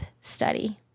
study